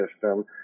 system